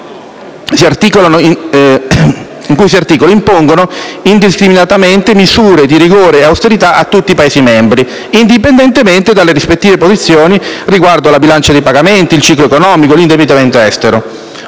in cui si articolano impongono indiscriminatamente misure di rigore e austerità a tutti i Paesi membri, indipendentemente dalle rispettive posizioni riguardo alla bilancia dei pagamenti, al ciclo economico, all'indebitamento estero.